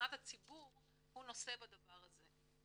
מבחינת הציבור הוא נושא בדבר הזה.